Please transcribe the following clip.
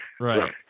Right